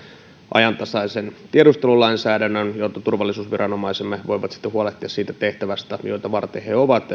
ajantasaisen tiedustelulainsäädännön jotta turvallisuusviranomaisemme voivat huolehtia siitä tehtävästä jota varten he ovat